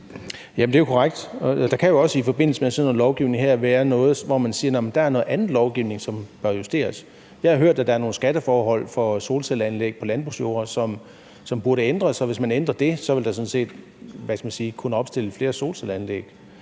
Det er jo korrekt. Der kan jo også i forbindelse med sådan noget lovgivning her være noget, hvor man siger, at der er noget andet lovgivning, som bør justeres. Jeg har hørt, at der er nogle skatteforhold for solcelleanlæg på landbrugsjorder, som burde ændres, og hvis man ændrer det, vil der sådan set kunne opstilles flere solcelleanlæg.